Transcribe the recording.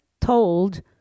told